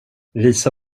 visa